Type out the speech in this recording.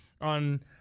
on